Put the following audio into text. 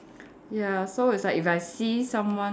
ya so it's like if I see someone